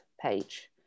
page